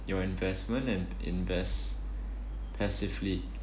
your investment and invest passively